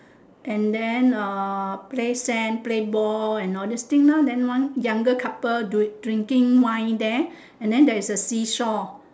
and then uh play sand play ball and all this thing lor then one younger couple drinking wine there and then there is a seashore